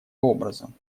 образом